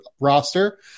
roster